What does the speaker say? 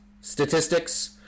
statistics